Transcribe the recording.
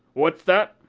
what's that?